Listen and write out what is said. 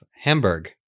Hamburg